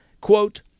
quote